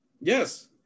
yes